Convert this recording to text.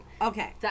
Okay